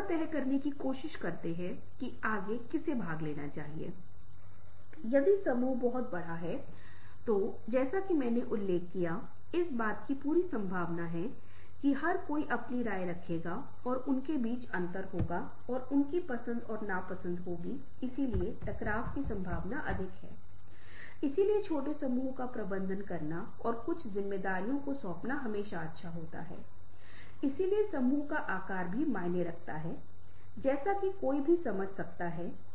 typography देख रहे हैं आप अपने लिए देख सकते हैं कि यह कैसे व्यवहार करता है या यदि आप इसे देख रहे हैं तो यह दो अलग अलग चीजों को व्यक्त करता है धीमेपन के कारण और बिना बताये कदम उठाए जा रहे हैं और पदानुक्रमित तरह की चीज भी जो ऐसा हो सकता है कि वह सीढ़ियों से नीचे चली जाए